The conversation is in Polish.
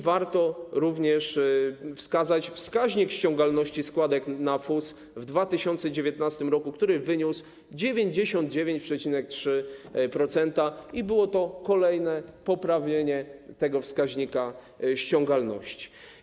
Warto również zwrócić uwagę na wskaźnik ściągalności składek na FUS w 2019 r., który wyniósł 99,3%, i było to kolejne poprawienie tego wskaźnika ściągalności.